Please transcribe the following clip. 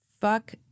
Fuck